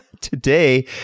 Today